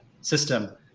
system